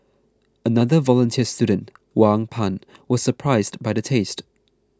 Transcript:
another volunteer student Wang Pan was surprised by the taste